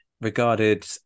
regarded